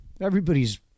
everybody's